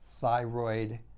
thyroid